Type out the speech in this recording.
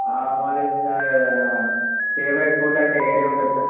favourite food అంటే ఏంటి ఉంటాయి సార్